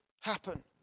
happen